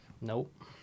Nope